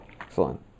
Excellent